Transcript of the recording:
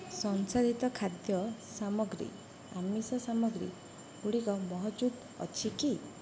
ସଂସାଧିତ ଖାଦ୍ୟ ସାମଗ୍ରୀ ଆମିଷ ସାମଗ୍ରୀ ଗୁଡ଼ିକ ମହଜୁଦ ଅଛି କି